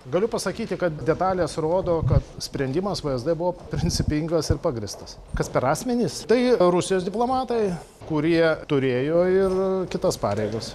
galiu pasakyti kad detalės rodo ka sprendimas vsd buvo principingas ir pagrįstas kas per asmenys tai rusijos diplomatai kurie turėjo ir kitas pareigas